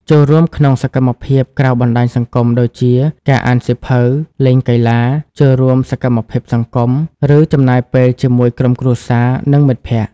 ចូលរួមក្នុងសកម្មភាពក្រៅបណ្តាញសង្គមដូចជាការអានសៀវភៅ លេងកីឡា ចូលរួមសកម្មភាពសង្គម ឬចំណាយពេលជាមួយក្រុមគ្រួសារ និងមិត្តភក្តិ។